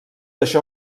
això